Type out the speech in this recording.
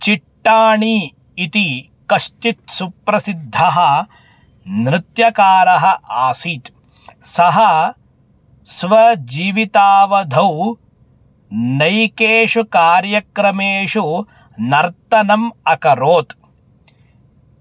चिट्टाणि इति कश्चित् सुप्रसिद्धः नृत्यकारः आसीत् सः स्वजीवितावधौ नैकेषु कार्यक्रमेषु नर्तनम् अकरोत्